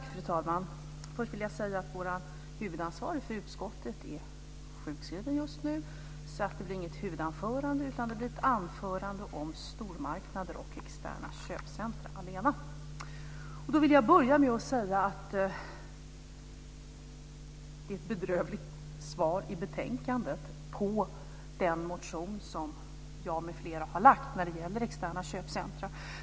Fru talman! Först vill jag säga att den som är huvudansvarig för utskottet hos oss är sjukskriven just nu, så det blir inget huvudanförande, utan det blir ett anförande om stormarknader och externa köpcentrum. Då vill jag börja med att säga att det är ett bedrövligt svar i betänkandet vad gäller den motion som jag med flera har väckt om externa köpcentrum.